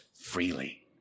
freely